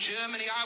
Germany